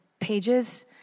pages